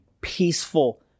peaceful